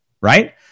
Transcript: Right